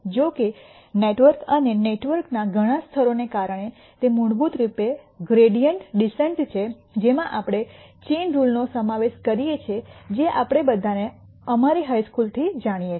જો કે નેટવર્ક અને નેટવર્કના ઘણા સ્તરોને કારણે તે મૂળભૂત રીતે ગ્રૈડીઅન્ટ ડિસેન્ટ છે જેમાં આપણે ચૈન રુલ નો સમાવેશ કરીએ છીએ જે આપણે બધાને અમારી હાઇ સ્કૂલથી જાણીએ છીએ